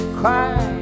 cry